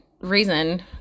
reason